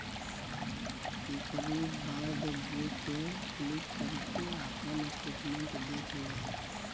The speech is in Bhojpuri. एकरी बाद गो पे क्लिक करके आपन स्टेटमेंट देख लें